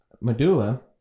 Medulla